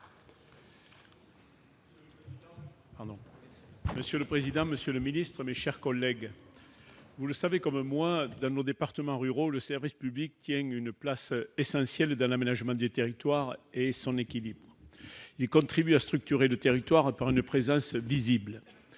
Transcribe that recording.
Monsieur le président, monsieur le ministre, mes chers collègues, vous le savez comme moi, dans nos départements ruraux, le service public tient une place essentielle dans l'aménagement des territoires et son équilibre. Il contribue à structurer le territoire par une présence visible.